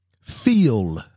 feel